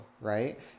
Right